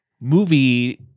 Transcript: movie